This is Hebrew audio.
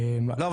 לא,